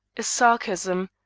a sarcasm,